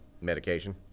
medication